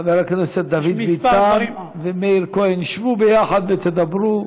חבר הכנסת דוד ביטן ומאיר כהן, שבו יחד ותדברו.